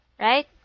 Right